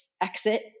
exit